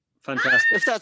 Fantastic